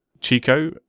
Chico